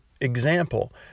example